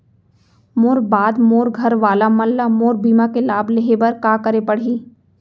मोर बाद मोर घर वाला मन ला मोर बीमा के लाभ लेहे बर का करे पड़ही?